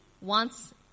wants